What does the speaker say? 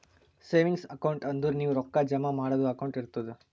savings account ಅಂದುರ್ ನೀವು ರೊಕ್ಕಾ ಜಮಾ ಮಾಡದು ಅಕೌಂಟ್ ಇರ್ತುದ್